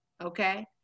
okay